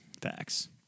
facts